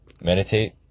meditate